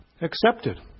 accepted